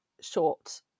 short